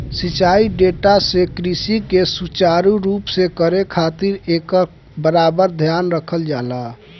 सिंचाई डाटा से कृषि के सुचारू रूप से करे खातिर एकर बराबर ध्यान रखल जाला